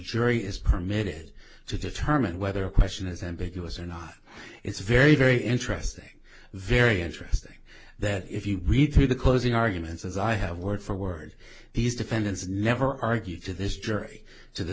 jury is permitted to determine whether a question is ambiguous or not it's very very interesting very interesting that if you read through the closing arguments as i have word for word he's defendants never argued to this jury to the